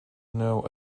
know